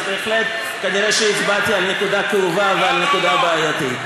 אז בהחלט נראה שהצבעתי על נקודה כאובה ועל נקודה בעייתית.